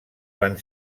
van